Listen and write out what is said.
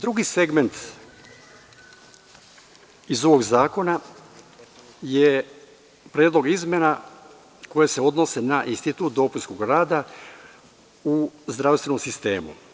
Drugi segment iz ovog zakona je predlog izmena koje se odnose na institut dopunskog rada u zdravstvenom sistemu.